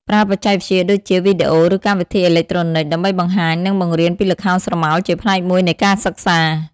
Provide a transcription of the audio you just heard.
ប្រើបច្ចេកវិទ្យាដូចជា វីដេអូ ឬកម្មវិធីអេឡិចត្រូនិច ដើម្បីបង្ហាញ និងបង្រៀនពីល្ខោនស្រមោលជាផ្នែកមួយនៃការសិក្សា។